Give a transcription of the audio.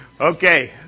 Okay